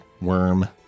worm